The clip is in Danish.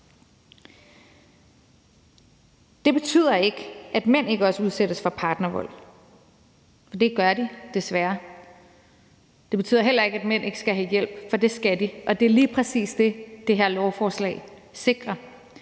Det betyder ikke, at mænd ikke også udsættes for partnervold, for det gør de desværre. Det betyder heller ikke, at mænd ikke skal have hjælp, for det skal de, og det er lige præcis det, det her lovforslag sikrer.